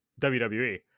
WWE